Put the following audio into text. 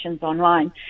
online